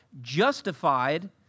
justified